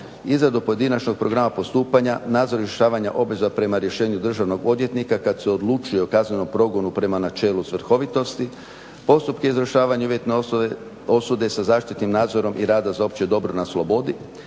izradu pojedinačnog programa postupanja, nadzor rješavanja obveza prema rješenju državnog odvjetnika kada se odluči o kaznenom progonu prema načelu svrhovitosti, postupke izvršavanja uvjetne osude sa zaštitnim nadzorom i rada za opće dobro na slobodi,